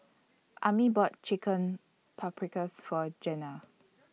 Ammie bought Chicken Paprikas For Zena